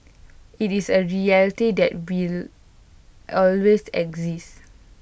IT is A reality that will always exist